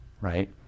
right